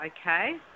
okay